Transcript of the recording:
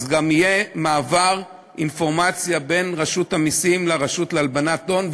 גם יהיה מעבר אינפורמציה בין רשות המסים לרשות להלבנת הון,